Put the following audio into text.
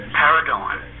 paradigm